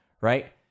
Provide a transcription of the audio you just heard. right